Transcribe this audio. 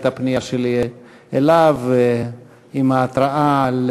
הייתה פנייה שלי אליו עם ההתראה על